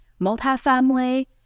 multifamily